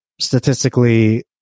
statistically